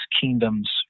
kingdoms